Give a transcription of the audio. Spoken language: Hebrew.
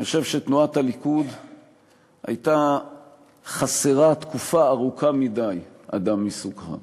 אני חושב שתנועת הליכוד הייתה חסרה תקופה ארוכה מדי אדם מסוגך,